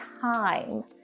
time